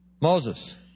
Moses